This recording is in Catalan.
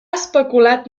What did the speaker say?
especulat